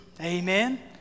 Amen